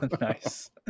nice